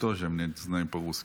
(אומר מילים ברוסית.)